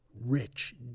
rich